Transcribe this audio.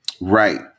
Right